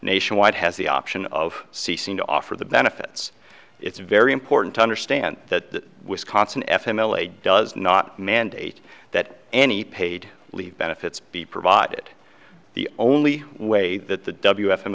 nationwide has the option of ceasing to offer the benefits it's very important to understand that wisconsin f m l a does not mandate that any paid leave benefits be provided the only way that the w f